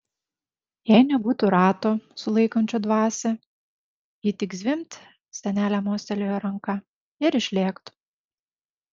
jei nebūtų rato sulaikančio dvasią ji tik zvimbt senelė mostelėjo ranka ir išlėktų